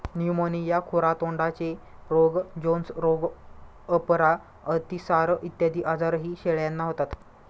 pneumonia, खुरा तोंडाचे रोग, जोन्स रोग, अपरा, अतिसार इत्यादी आजारही शेळ्यांना होतात